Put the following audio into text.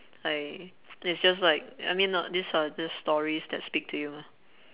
I it's just like I mean not these are just stories that speak to you mah